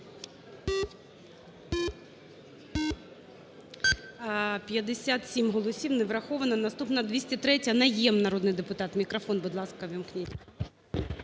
57 голосів, не врахована. Наступна – 203-я. Найєм, народний депутат. Мікрофон, будь ласка, увімкніть.